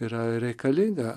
yra reikalinga